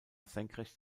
senkrecht